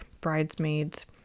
Bridesmaids